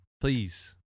please